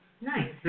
Nice